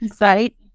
right